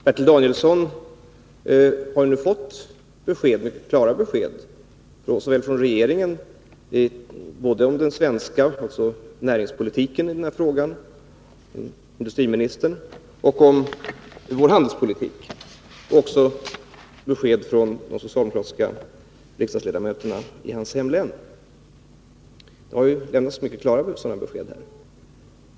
Fru talman! Bertil Danielsson har nu fått mycket klara besked såväl från regeringen — både om näringspolitiken i denna fråga från industriministern och om vår handelspolitik — som från de socialdemokratiska riksdagsledamöterna i hans hemlän. Det har alltså lämnats mycket klara besked här.